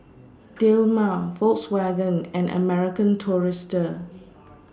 Dilmah Volkswagen and American Tourister